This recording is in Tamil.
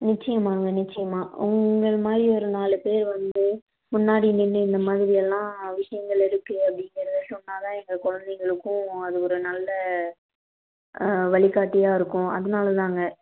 நிச்சயமாங்க நிச்சயமா உங்களை மாதிரி ஒரு நாலு பேர் வந்து முன்னாடி நின்று இந்த மாதிரியெல்லாம் விஷயங்கள் இருக்குது அப்படிங்கிறத சொன்னால் தான் எங்கள் குழந்தைங்களுக்கும் அது ஒரு நல்ல வழிகாட்டியாக இருக்கும் அதனால தாங்க